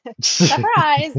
Surprise